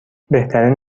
بهترین